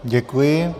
Děkuji.